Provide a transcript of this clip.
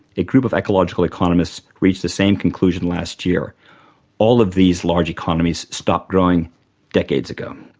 a group of ecological economists reached the same conclusion last year all of these large economies stopped growing decades ago.